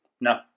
No